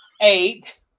eight